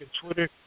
Twitter